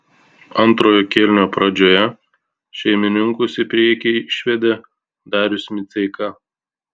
antrojo kėlinio pradžioje šeimininkus į priekį išvedė darius miceika